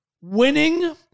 winning